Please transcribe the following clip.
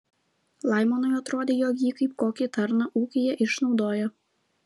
laimonui atrodė jog jį kaip kokį tarną ūkyje išnaudoja